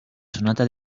sonata